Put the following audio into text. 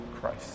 Christ